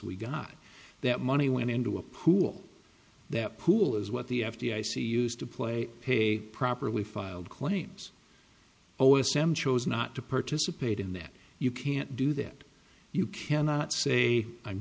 we got that money went into a pool that pool is what the f d i c used to play pay properly filed claims oh essential is not to participate in that you can't do that you cannot say i'm